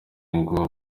ngo